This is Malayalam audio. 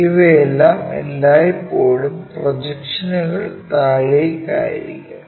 ഇവയ്ക്ക് എല്ലായ്പ്പോഴും പ്രൊജക്ഷനുകൾ താഴേയ്ക്കു ആയിരിക്കും